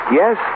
yes